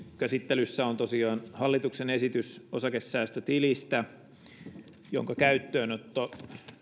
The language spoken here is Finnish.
käsittelyssä on tosiaan hallituksen esitys osakesäästötilistä jonka käyttöönotto